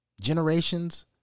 Generations